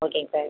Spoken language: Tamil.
ஓகேங்க சார்